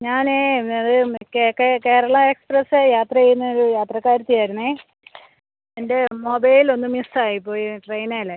ഞാൻ അത് കേരള എക്സ്പ്രസ് യാത്ര ചെയ്യുന്നൊരു യാത്രക്കാരത്തി ആയിരുന്നേ എൻ്റെ മൊബൈൽ ഒന്ന് മിസ്സ് ആയി പോയി ട്രെയിനിൽ